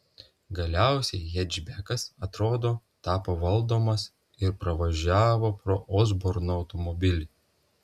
galiausiai hečbekas atrodo tapo valdomas ir pravažiavo pro osborno automobilį